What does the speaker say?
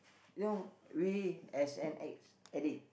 you know we as an ex addict